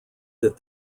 that